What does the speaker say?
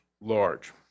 large